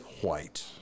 White